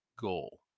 goal